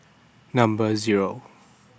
Number Zero